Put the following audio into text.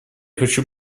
хочу